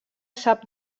sap